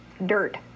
dirt